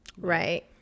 Right